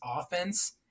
offense